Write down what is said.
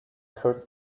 hurt